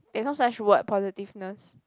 there's no such word positiveness